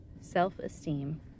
self-esteem